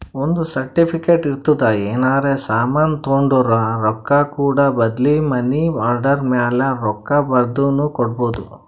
ಒಂದ್ ಸರ್ಟಿಫಿಕೇಟ್ ಇರ್ತುದ್ ಏನರೇ ಸಾಮಾನ್ ತೊಂಡುರ ರೊಕ್ಕಾ ಕೂಡ ಬದ್ಲಿ ಮನಿ ಆರ್ಡರ್ ಮ್ಯಾಲ ರೊಕ್ಕಾ ಬರ್ದಿನು ಕೊಡ್ಬೋದು